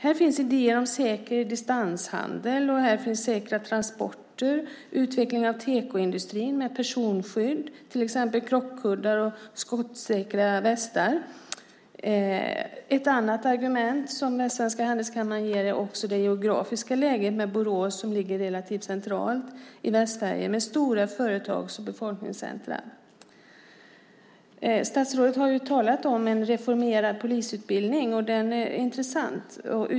Här finns idéer om säker distanshandel, säkra transporter, utveckling av tekoindustrin med personskydd, till exempel krockkuddar och skottsäkra västar. Ett annat argument från Västsvenska Handelskammaren är Borås geografiska läge, relativt centralt i Västsverige och med stora företags och befolkningscentrum. Statsrådet har talat om en reformerad polisutbildning, och den är intressant.